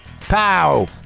Pow